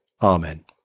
Amen